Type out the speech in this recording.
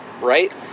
Right